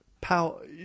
Power